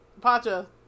Pacha